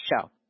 show